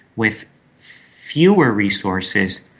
with fewer resources,